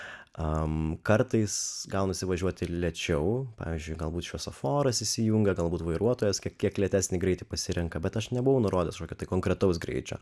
kartais gaunasi važiuoti lėčiau pavyzdžiui galbūt šviesoforas įsijungia galbūt vairuotojas kiek lėtesnį greitį pasirenka bet aš nebuvau nurodęs kažkokio tai konkretaus greičio